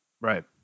Right